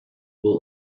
full